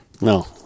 No